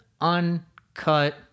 uncut